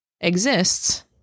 exists